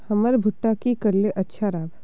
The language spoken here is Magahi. हमर भुट्टा की करले अच्छा राब?